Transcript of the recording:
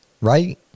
right